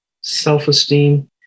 self-esteem